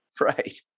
Right